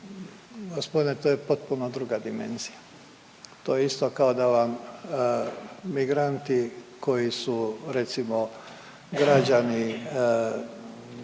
Gospodine to je potpuno druga dimenzija. To je isto kao da vam migranti koji su recimo građani